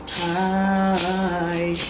high